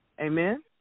Amen